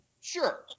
Sure